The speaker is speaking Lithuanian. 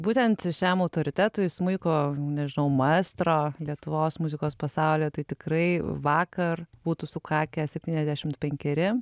būtent šiam autoritetui smuiko nežinau maestro lietuvos muzikos pasaulyje tai tikrai vakar būtų sukakę septyniasdešimt penkeri